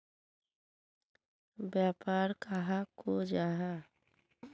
व्यापार कहाक को जाहा?